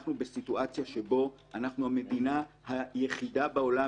אנחנו בסיטואציה שבה אנחנו המדינה היחידה בעולם